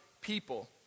people